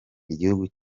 igihugu